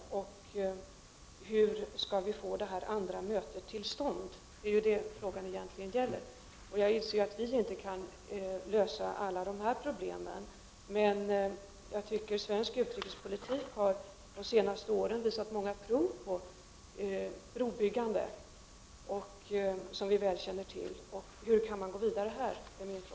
Och hur skall vi få detta andra möte till stånd? Det är ju det frågan egentligen gäller. Jag inser att vi inte kan lösa alla dessa problem, men jag anser att svensk utrikespolitik de senaste åren har visat många prov på brobyggande. Det känner vi ju väl till. Och min fråga är alltså: Hur kan man gå vidare med detta?